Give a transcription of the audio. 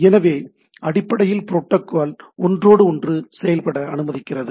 எனவே அடிப்படையில் புரோட்டோகால் ஒன்றோடொன்று செயல்பட அனுமதிக்கிறது